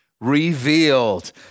revealed